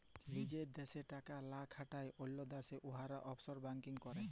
লিজের দ্যাশে টাকা লা খাটায় অল্য দ্যাশে উয়ারা অফশর ব্যাংকিং ক্যরে